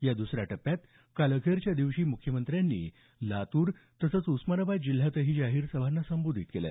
या दुसऱ्या टप्प्यात काल अखेरच्या दिवशी मुख्यमंत्र्यांनी लातूर तसंच उस्मानाबाद जिल्ह्यातही जाहीर सभांना संबोधित केलं